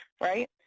right